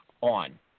on